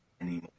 anymore